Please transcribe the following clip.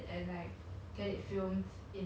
on on national day itself